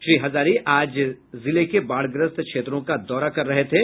श्री हजारी आज जिले के बाढ़ग्रस्त क्षेत्रों का दौरा कर रहे थे